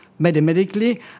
mathematically